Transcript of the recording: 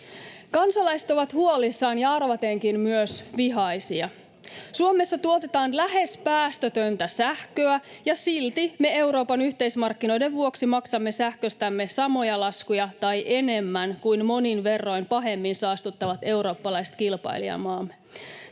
Kansalaiset ovat huolissaan ja arvatenkin myös vihaisia. Suomessa tuotetaan lähes päästötöntä sähköä, ja silti me Euroopan yhteismarkkinoiden vuoksi maksamme sähköstämme samoja laskuja, tai enemmän, kuin monin verroin pahemmin saastuttavat eurooppalaiset kilpailijamaamme.